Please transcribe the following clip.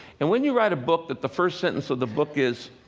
and when you write a book that the first sentence of the book is,